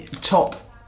top